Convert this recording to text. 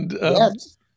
Yes